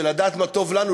של לדעת מה טוב לנו,